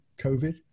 COVID